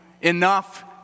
enough